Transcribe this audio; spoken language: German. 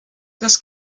das